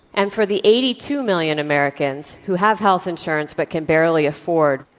and for the eighty two million americans who have health insurance but can barely afford